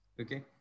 Okay